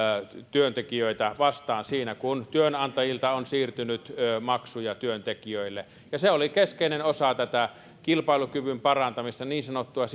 työntekijöitä vastaan siinä kun työnantajilta on siirtynyt maksuja työntekijöille se oli keskeinen osa tätä kilpailukyvyn parantamista niin sanottua